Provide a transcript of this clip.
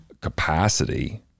capacity